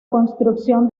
construcción